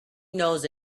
knows